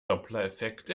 dopplereffekt